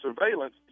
surveillance